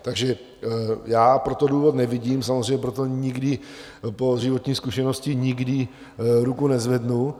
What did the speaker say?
Takže já pro to důvod nevidím, samozřejmě pro to nikdy po životní zkušenosti, nikdy ruku nezvednu.